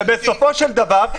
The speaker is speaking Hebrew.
בסופו של דבר,